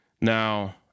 Now